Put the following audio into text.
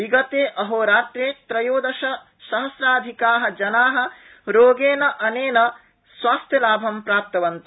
विगते अहोरात्रे त्रयोदश सहस्राधिका जना रोगेनानेन स्वास्थ्यलाभं प्राप्तवन्त